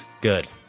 Good